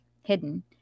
hidden